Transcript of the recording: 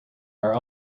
are